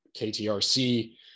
ktrc